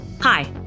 Hi